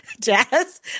Jazz